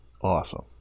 awesome